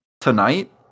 Tonight